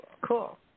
Cool